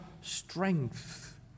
strength